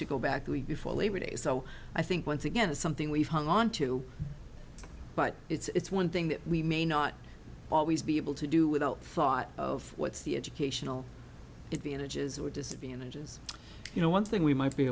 to go back to before labor day so i think once again it's something we've hung on to but it's one thing that we may not always be able to do without thought of what's the educational advantages or disadvantages you know one thing we might be